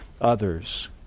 others